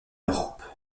europe